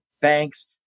thanks